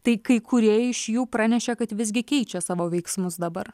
tai kai kurie iš jų pranešė kad visgi keičia savo veiksmus dabar